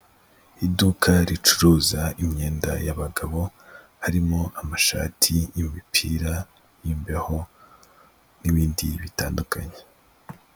Iduka ricuruza imyenda y'abagabo, harimo amashati, imipira y'imbeho n'ibindi bitandukanye.